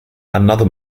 another